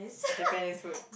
Japanese food